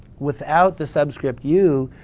without the subscript u,